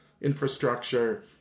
infrastructure